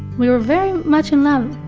we were very much in love